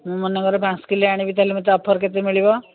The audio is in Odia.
ମୁଁ ମନେକର ପାଞ୍ଚ କିଲୋ ଆଣିବି ତାହେଲେ ମୋତେ ଅଫର୍ କେତେ ମିଳିବ